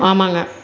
ஆமாங்க